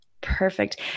Perfect